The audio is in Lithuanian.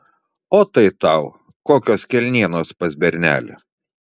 o tai tau kokios kelnienos pas bernelį